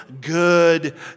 good